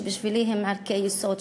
שבשבילי הם ערכי יסוד,